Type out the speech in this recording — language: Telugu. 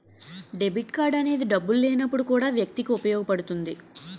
డెబిట్ కార్డ్ అనేది డబ్బులు లేనప్పుడు కూడా వ్యక్తికి ఉపయోగపడుతుంది